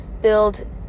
build